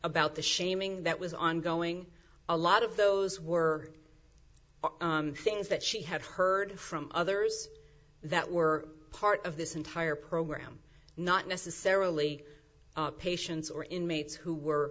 about the shaming that was ongoing a lot of those were things that she had heard from others that were part of this entire program not necessarily patients or inmates who were